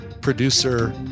producer